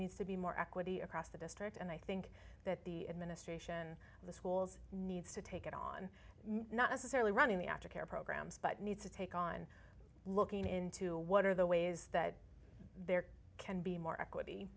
needs to be more equity across the district and i think that the administration of the schools needs to take it on not necessarily running the aftercare programs but need to take on looking into what are the ways that there can be more equity